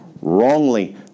wrongly